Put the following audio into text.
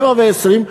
07:20,